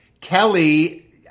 Kelly